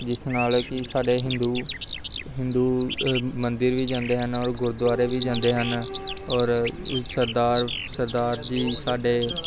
ਜਿਸ ਨਾਲ ਕਿ ਸਾਡੇ ਹਿੰਦੂ ਹਿੰਦੂ ਮੰਦਿਰ ਵੀ ਜਾਂਦੇ ਹਨ ਔਰ ਗੁਰਦੁਆਰੇ ਵੀ ਜਾਂਦੇ ਹਨ ਔਰ ਸਰਦਾਰ ਸਰਦਾਰ ਜੀ ਸਾਡੇ